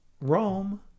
Rome